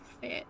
fit